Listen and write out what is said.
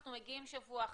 אנחנו מגיעים לשבוע אחרי,